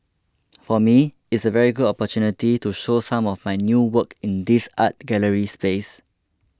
for me it's a very good opportunity to show some of my new work in this art gallery space